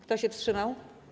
Kto się wstrzymał?